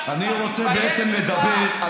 ככה אתה מדבר?